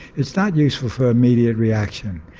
it's not useful for immediate reaction.